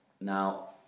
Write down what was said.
Now